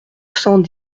cent